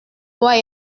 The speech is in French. doigt